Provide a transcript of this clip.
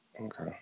Okay